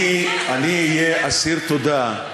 בגלל זה איבדת עשתונות, ביטן?